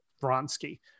Vronsky